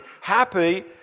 happy